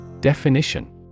Definition